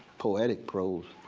poetic prose.